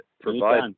provide